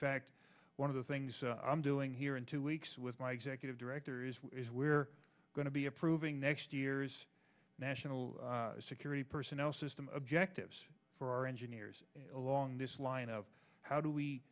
fact one of the things i'm doing here in two weeks with my executive director is we're going to be approving next year's national security personnel system objectives for our engineers along this line of how do we